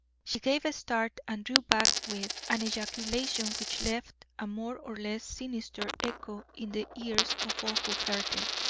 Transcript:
she gave a start and drew back with, an ejaculation which left a more or less sinister echo in the ears of all who heard it.